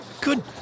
Good